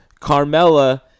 Carmella